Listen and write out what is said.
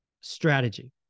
strategy